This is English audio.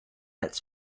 its